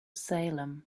salem